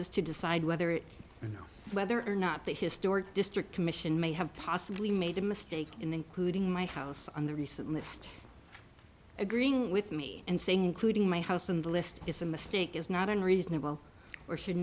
is to decide whether you know whether or not the historic district commission may have possibly made a mistake including my house on the recent list agreeing with me and saying including my house and the list is a mistake is not unreasonable or should